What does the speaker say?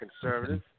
conservative